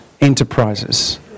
Enterprises